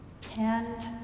tend